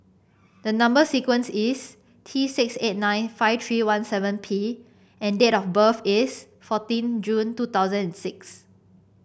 the number sequence is T six eight nine five three one seven P and date of birth is fourteen June two thousand and six